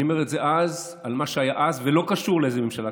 אני אומר את זה על מה שהיה אז ולא קשור לאיזו ממשלה.